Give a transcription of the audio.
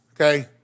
okay